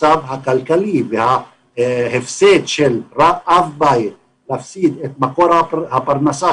המצב הכלכלי וההפסד של אב בית את מקור הפרנסה